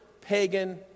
pagan